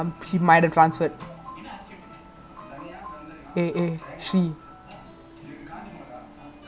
okay lah today I hold the ball a bit too much lah sometimes I I realise lah sometimes got the burst than I delay too much